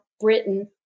Britain